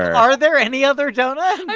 are there any other doughnuts?